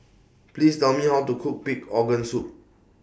Please Tell Me How to Cook Pig'S Organ Soup